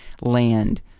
land